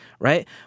Right